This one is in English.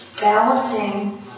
balancing